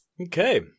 Okay